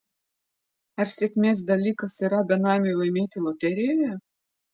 ar sėkmės dalykas yra benamiui laimėti loterijoje